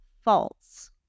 false